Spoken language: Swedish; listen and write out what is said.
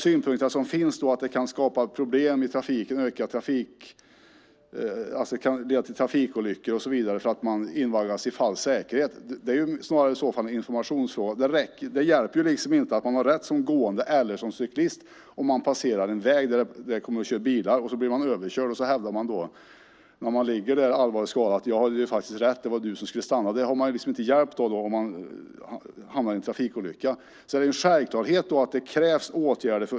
Det finns synpunkter på att det kan leda till trafikolyckor och så vidare för att man invaggas i falsk säkerhet. Det är i så fall en informationsfråga. Det hjälper inte att man har rätt som gående eller cyklist om man passerar en väg och blir överkörd. När man ligger där allvarligt skadad efter en trafikolycka är man inte hjälpt av att säga: Jag hade rätt; du skulle ha stannat.